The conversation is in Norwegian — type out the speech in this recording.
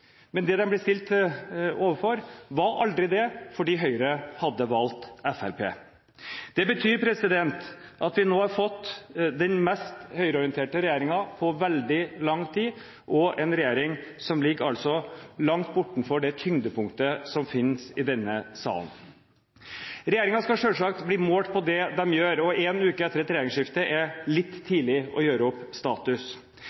var aldri det de ble stilt overfor, fordi Høyre hadde valgt Fremskrittspartiet. Det betyr at vi nå har fått den mest høyreorienterte regjeringen på veldig lang tid, og en regjering som altså ligger langt bortenfor det tyngdepunktet som finnes i denne salen. Regjeringen skal selvsagt bli målt på det de gjør. En uke etter et regjeringsskifte er litt